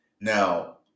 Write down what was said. Now